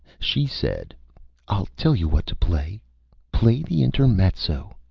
she said i'll tell you what to play play the intermezzo.